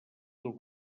del